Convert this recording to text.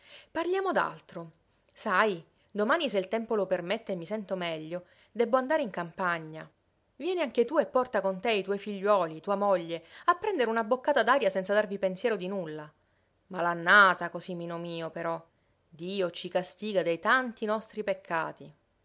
parliamo d'altro sai domani se il tempo lo permette e mi sento meglio debbo andare in campagna vieni anche tu e porta con te i tuoi figliuoli tua moglie a prendere una boccata d'aria senza darvi pensiero di nulla mal'annata cosimino mio però dio ci castiga dei tanti nostri peccati